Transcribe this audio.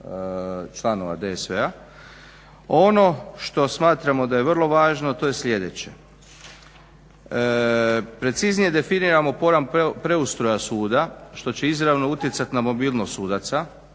članova DSV-a, ono što smatramo da je vrlo važno, a to je sljedeće preciznije definiramo pojam preustroja suda što će izravno utjecati na mobilnost sudaca